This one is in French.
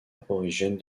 aborigènes